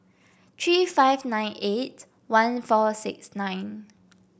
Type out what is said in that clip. three five nine eight one four six nine